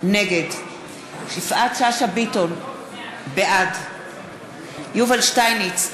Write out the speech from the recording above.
נגד יפעת שאשא ביטון, בעד יובל שטייניץ,